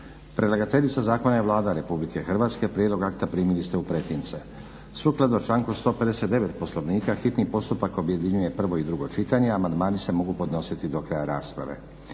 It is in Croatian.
Predlagateljica zakona je Vlada Republike Hrvatske. Prijedlog akta primili ste u pretince. Sukladno članku 159. Poslovnika hitni postupak objedinjuje prvo i drugo čitanje. Amandmani se mogu podnositi do kraja rasprave.